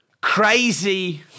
crazy